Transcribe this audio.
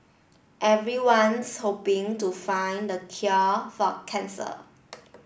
everyone's hoping to find the cure for cancer